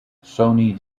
sony